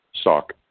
stock